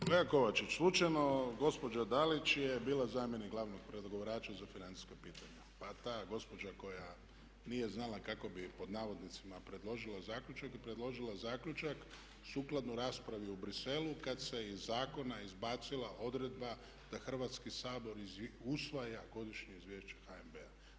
Kolega Kovačić, slučajno gospođa Dalić je bila zamjenik glavnog pregovarača za financijska pitanja, pa ta gospođa koja nije znala kako bi pod navodnicima predložila zaključak, predložila zaključak sukladno raspravi u Bruxellesu kad se iz zakona izbacila odredba da Hrvatski sabor usvaja Godišnje izvješće HNB-a.